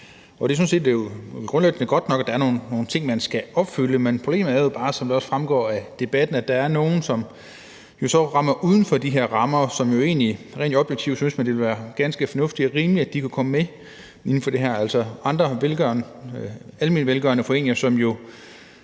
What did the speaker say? set grundlæggende godt nok, at der er nogle ting, man skal opfylde, men problemet er jo bare, som det også fremgår af debatten, at der er nogle, som så ligger uden for de her rammer, og som man rent objektivt synes det ville være ganske fornuftigt og rimeligt kunne komme med her – altså